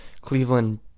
Cleveland